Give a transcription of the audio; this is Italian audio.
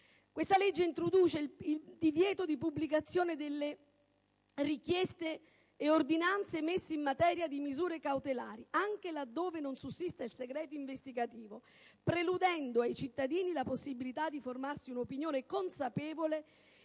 Questo provvedimento introduce il divieto di pubblicazione delle richieste e delle ordinanze emesse in materia di misure cautelari anche laddove non esiste il segreto investigativo, precludendo ai cittadini la possibilità di formarsi un'opinione consapevole